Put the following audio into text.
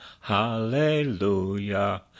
hallelujah